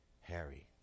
Harry